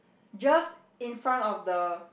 just in front of the